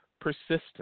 Persistence